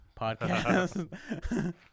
podcast